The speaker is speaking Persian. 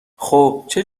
خوبچه